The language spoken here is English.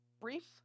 brief